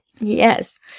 Yes